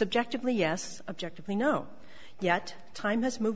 subjectively yes objective we know yet time has moved